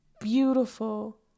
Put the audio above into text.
beautiful